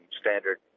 standard